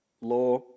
Law